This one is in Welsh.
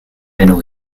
enw